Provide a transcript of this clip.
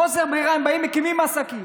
מחוסר ברירה הם באים ומקימים עסקים.